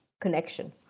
connection